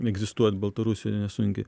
egzistuot baltarusijoje nesunkiai